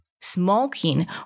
smoking